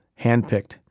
handpicked